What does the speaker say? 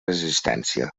resistència